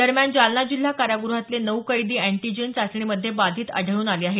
दरम्यान जालना जिल्हा कारागृहातले नऊ कैदी अँटीजेन चाचणीमध्ये बाधित आढळून आले आहेत